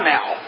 Now